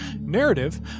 Narrative